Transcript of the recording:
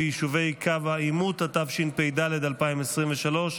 התשפ"ד 2024,